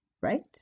right